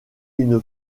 une